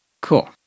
Cool